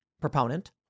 proponent